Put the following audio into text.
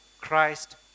Christ